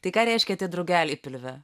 tai ką reiškia tie drugeliai pilve